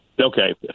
Okay